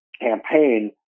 campaign